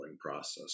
process